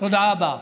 תודה רבה.